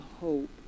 hope